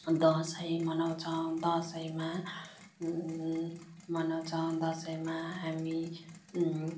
दसैँ मनाउँछौँ दसैँमा मनाउँछैौँ दसैँमा हामी